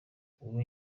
uwo